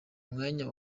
mwanya